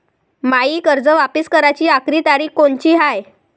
मायी कर्ज वापिस कराची आखरी तारीख कोनची हाय?